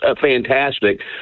fantastic